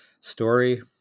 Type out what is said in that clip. story